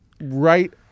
right